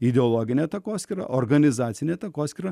ideologinę takoskyrą organizacinę takoskyrą